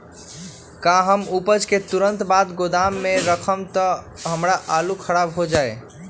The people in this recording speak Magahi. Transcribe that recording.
का हम उपज के तुरंत बाद गोदाम में रखम त हमार आलू खराब हो जाइ?